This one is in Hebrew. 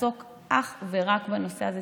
תעסוק אך ורק בנושא הזה,